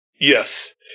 Yes